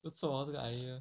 不错 hor 这个 idea